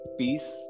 peace